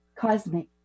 cosmic